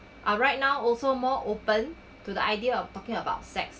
are right now also more open to the idea of talking about sex